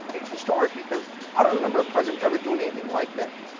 it's historic because i don't remember a president ever doing anything like that,